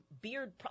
beard